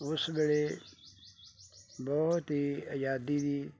ਉਸ ਵੇਲੇ ਬਹੁਤ ਹੀ ਆਜ਼ਾਦੀ ਦੀ